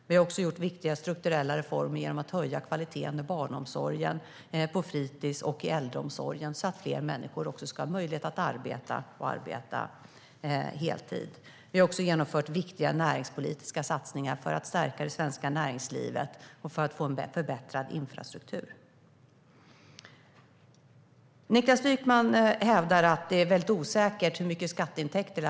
Vi har också genomfört viktiga strukturella reformer genom att höja kvaliteten i barnomsorgen, på fritis och i äldreomsorgen så att fler människor ska ha möjlighet att arbeta och arbeta heltid, och vi har genomfört viktiga näringspolitiska satsningar för att stärka det svenska näringslivet och för att få en förbättrad infrastruktur. Niklas Wykman hävdar att det är väldigt osäkert hur mycket skatteintäkter det blir.